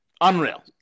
unreal